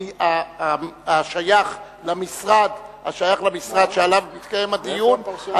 השייך למשרד שעליו מתקיים הדיון,